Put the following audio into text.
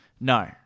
No